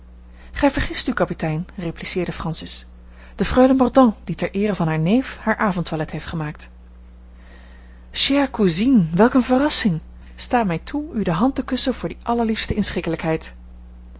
gij vergist u kapitein repliceerde francis de freule mordaunt die ter eere van haar neef haar avondtoilet heeft gemaakt chère cousine welk eene verrassing sta mij toe u de hand te kussen voor die allerliefste